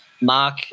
Mark